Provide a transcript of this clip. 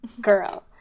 girl